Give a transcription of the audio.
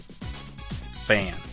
fan